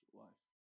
wife